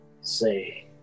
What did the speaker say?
say